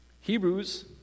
Hebrews